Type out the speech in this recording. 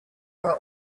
were